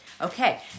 Okay